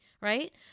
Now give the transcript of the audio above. right